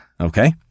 Okay